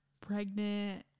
pregnant